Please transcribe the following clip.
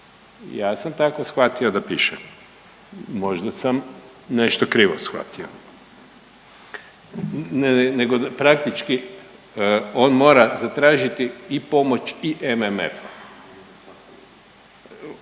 ja sam tako shvatio da piše, možda sam nešto krivo shvatio, nego praktički on mora zatražiti i pomoć i MMF-a,